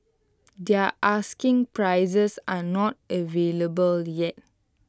their asking prices are not available yet